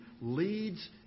leads